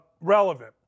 relevant